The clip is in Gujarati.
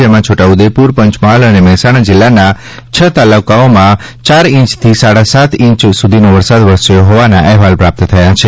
જેમાં છોટાઉદેપુર પંચમહાલ અને મહેસાણા જિલ્લાના છ તાલુકાઓમાં ચાર ઇંચ થી સાડા સાત ઇંચ સુધીનો વરસાદ વરસ્યો હોવાના અહેવાલ પ્રાપ્ત થયા છે